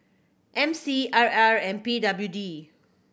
M C R R and P W D